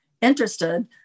interested